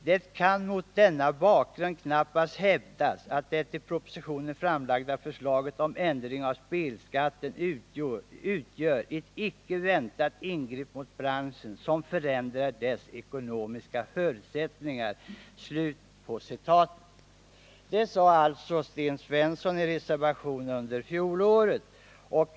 Det kan mot denna bakgrund knappast hävdas att det i propositionen framlagda förslaget om ändring av spelskatten utgör ett icke väntat ingrepp mot branschen som förändrar dess ekonomiska förutsättningar.” Detta anförde alltså Sten Svensson i reservation under fjolåret.